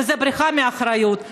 וזו בריחה מאחריות.